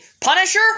Punisher